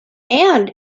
and